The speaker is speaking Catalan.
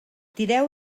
tireu